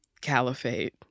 Caliphate